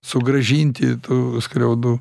sugrąžinti tų skriaudų